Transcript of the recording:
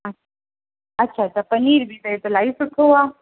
अछ अच्छा अच्छा पनीर बि त हे त इलाही सुठो आहे